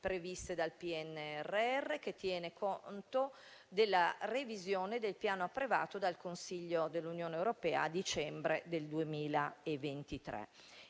previste dal PNRR che tiene conto della revisione del Piano approvato dal Consiglio dell'Unione europea a dicembre 2023.